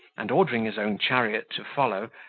and, ordering his own chariot to follow,